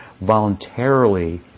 voluntarily